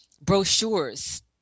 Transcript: brochures